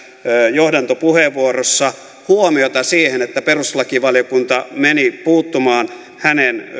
johdantopuheenvuorossa huomiota siihen että perustuslakivaliokunta meni puuttumaan hänen